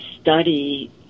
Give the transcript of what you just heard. study